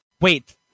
Wait